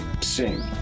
sing